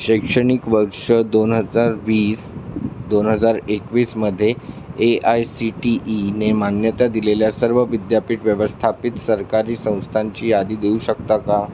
शैक्षणिक वर्ष दोन हजार वीस दोन हजार एकवीसमध्ये ए आय सी टी ईने मान्यता दिलेल्या सर्व विद्यापीठ व्यवस्थापित सरकारी संस्थांची यादी देऊ शकता का